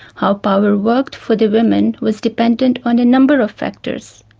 how power worked for the women was dependent on a number of factors,